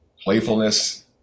Playfulness